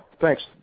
thanks